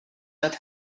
roedd